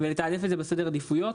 ולתעדף את זה בסדר העדיפויות.